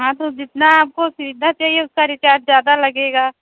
हाँ तो जितना आपको सीधा चाहिए उतना रिचार्ज ज़्यादा लगेगा